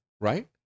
Right